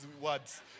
words